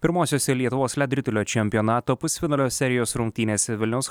pirmosiose lietuvos ledo ritulio čempionato pusfinalio serijos rungtynėse vilniaus